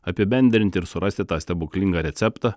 apibendrinti ir surasti tą stebuklingą receptą